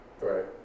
Right